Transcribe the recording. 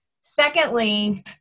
Secondly